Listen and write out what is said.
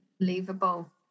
believable